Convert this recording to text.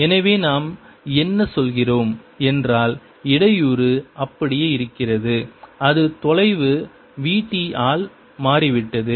எனவே நாம் என்ன சொல்கிறோம் என்றால் இடையூறு அப்படியே இருக்கிறது அது தொலைவு v t ஆல் மாறிவிட்டது